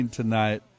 tonight